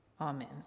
Amen